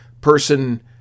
person